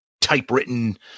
typewritten